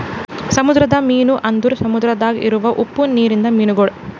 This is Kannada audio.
ಸಮುದ್ರದ ಮೀನು ಅಂದುರ್ ಸಮುದ್ರದಾಗ್ ಇರವು ಉಪ್ಪು ನೀರಿಂದ ಮೀನುಗೊಳ್